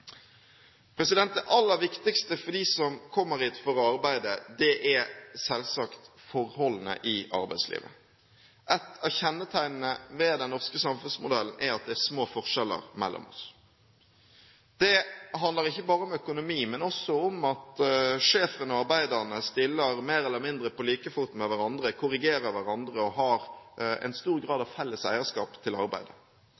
Det aller viktigste for dem som kommer hit for å arbeide, er selvsagt forholdene i arbeidslivet. Ett av kjennetegnene ved den norske samfunnsmodellen er at det er små forskjeller mellom oss. Det handler ikke bare om økonomi, men også om at sjefen og arbeiderne stiller mer eller mindre på like fot med hverandre, korrigerer hverandre og har en stor grad